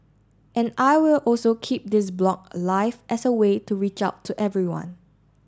and I will also keep this blog alive as a way to reach out to everyone